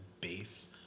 base